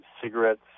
cigarettes